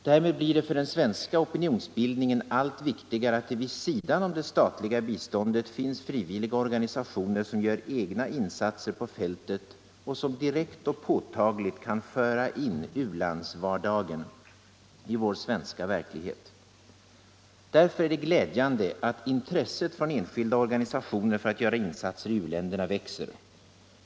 Därmed blir det för den svenska opinionsbildningen allt viktigare att det vid sidan om det statliga biståndet finns frivilliga organisationer som gör egna insatser på fältet och som direkt och påtagligt kan föra in u-landsvardagen i vår svenska verklighet. Därför är det glädjande att intresset från enskilda organisationer för att göra insatser i u-länderna växer.